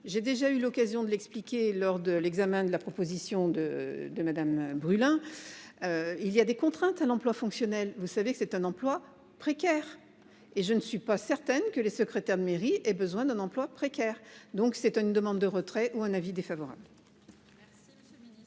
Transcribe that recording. J'ai déjà eu l'occasion de l'expliquer lors de l'examen de la proposition de de Madame brûlant. Il y a des contraintes à l'emploi fonctionnel. Vous savez que c'est un emploi précaire. Et je ne suis pas certaine que les secrétaires de mairie et besoin d'un emploi précaire. Donc c'est une demande de retrait ou un avis défavorable.